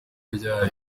ryari